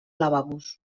lavabos